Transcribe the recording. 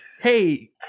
Hey